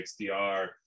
XDR